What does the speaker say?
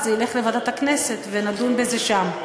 וזה ילך לוועדת הכנסת ונדון בזה שם.